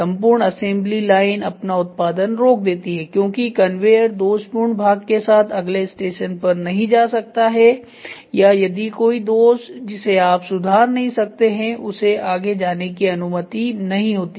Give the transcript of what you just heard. संपूर्ण assembly line अपना उत्पादन रोक देती है क्योंकि कन्वेयर दोषपूर्ण भाग के साथ अगले स्टेशन पर नहीं जा सकता है या यदि कोई दोष जिसे आप सुधार नहीं सकते हैं उसे आगे जाने की अनुमति नहीं होती है